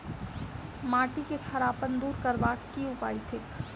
माटि केँ खड़ापन दूर करबाक की उपाय थिक?